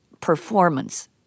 performance